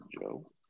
Joe